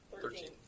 Thirteen